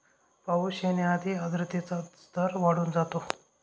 पाऊस येण्याआधी आर्द्रतेचा स्तर वाढून जातो